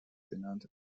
genannt